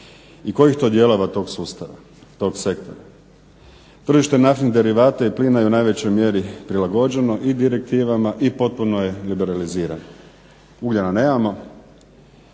i kojih to dijelova tog sustava, tog sektora. Prvi što naftne derivate i plina je u najvećoj mjeri prilagođeno i direktivama i potpuno je liberaliziran. Ugljena nemamo